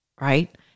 Right